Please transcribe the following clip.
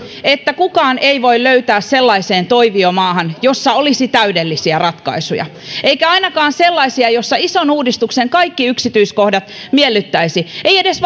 että kukaan ei voi löytää sellaiseen toiviomaahan jossa olisi täydellisiä ratkaisuja eikä ainakaan sellaiseen jossa ison uudistuksen kaikki yksityiskohdat miellyttäisivät varmastikaan edes